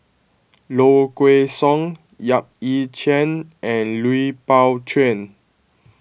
Low Kway Song Yap Ee Chian and Lui Pao Chuen